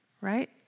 Right